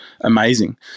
amazing